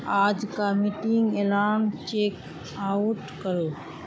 آج کا meeting alarm check out کرو